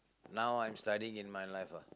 now I'm studying in my life ah